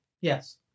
Yes